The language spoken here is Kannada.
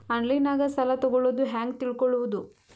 ಆನ್ಲೈನಾಗ ಸಾಲ ತಗೊಳ್ಳೋದು ಹ್ಯಾಂಗ್ ತಿಳಕೊಳ್ಳುವುದು?